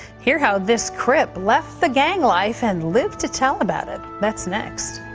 hear how this crip left the gang life and lived to tell about it. that's next.